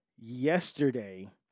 yesterday